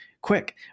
Quick